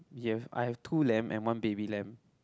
you have I have two lamb and one baby lamb